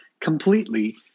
completely